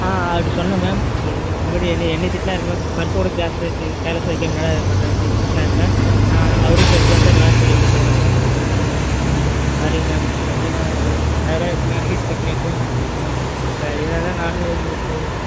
ஆ அவர்கிட்ட சொன்னேன் மேம் முன்னாடி என்னை என்னை திட்டினாரு மேம் பர்ஸ் கூட கிளாஸில் வைக்க கேர்லெஸ்ஸாக வைக்காம என்னடா பண்ணுறேன்னு கேட்டு திட்டினாரு மேம் அவரும் தேடிப் பார்த்தாரு நானும் தேடிப் பார்த்தேன் மேம் சாரிங்க மேம் இல்லை மேம் இந்த ரெண்டாயிரம் ரூபாய் வைச்சுதான் ஃபீஸ் கட்டணும் எக்ஸாம் ஃபீஸ் கட்டணும் இப்போ இதனால்தான் நானும் உங்களுக்கு